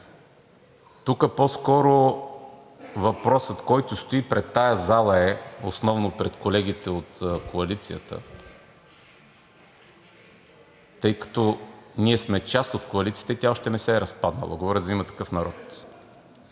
Тук по-скоро въпросът, който стои пред тази зала, е основно пред колегите от коалицията, тъй като ние сме част от коалицията и тя все още не се е разпаднала – говоря за „Има такъв народ“,